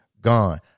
gone